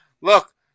Look